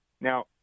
Now